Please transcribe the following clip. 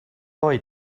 oed